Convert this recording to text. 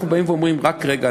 אנחנו באים ואומרים: רק רגע,